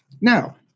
Now